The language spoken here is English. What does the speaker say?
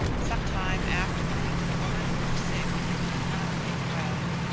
some time after that the woman grew sick and did not get well.